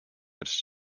its